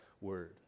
word